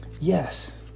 Yes